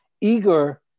eager